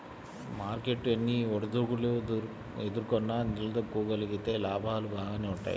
market ఎన్ని ఒడిదుడుకులు ఎదుర్కొన్నా నిలదొక్కుకోగలిగితే లాభాలు బాగానే వుంటయ్యి